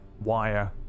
wire